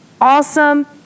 awesome